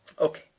Okay